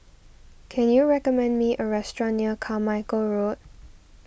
can you recommend me a restaurant near Carmichael Road